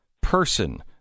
person